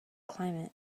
climate